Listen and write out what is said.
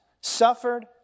suffered